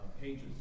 pages